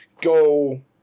Go